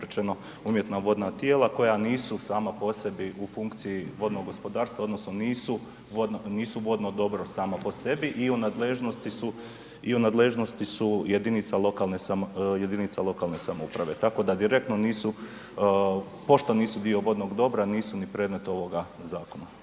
rečeno, umjetna vodna tijela koja nisu sama po sebi u funkciji vodnog gospodarstva odnosno nisu vodno dobro samo po sebi i u nadležnosti su, i u nadležnosti su jedinica lokalne samouprave. Tako da direktno nisu, pošto nisu dio vodnog dobra nisu ni predmet ovoga zakona.